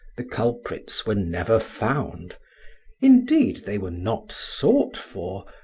the culprits were never found indeed, they were not sought for,